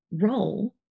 role